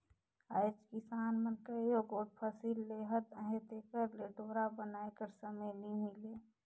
आएज किसान मन कइयो गोट फसिल लेहत अहे तेकर ले डोरा बनाए कर समे नी मिले